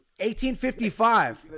1855